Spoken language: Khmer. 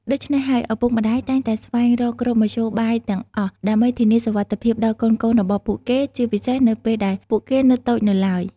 ដូច្នេះហើយ ឪពុកម្តាយតែងតែស្វែងរកគ្រប់មធ្យោបាយទាំងអស់ដើម្បីធានាសុវត្ថិភាពដល់កូនៗរបស់ពួកគេ ជាពិសេសនៅពេលដែលពួកគេនៅតូចនៅឡើយ។